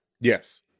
Yes